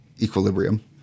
equilibrium